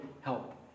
help